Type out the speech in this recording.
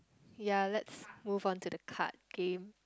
ya let's move on to the card game